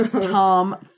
Tom